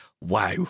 wow